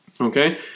Okay